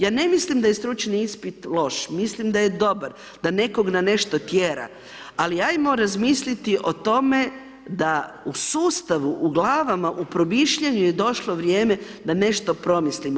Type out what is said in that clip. Ja ne mislim da je stručni ispit loš, mislim da je dobar, da nekog na nešto tjera ali ajmo razmisliti o tome da u sustavu, u glavama, u promišljanju je došlo vrijeme da nešto promislimo.